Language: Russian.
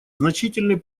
значительный